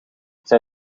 zij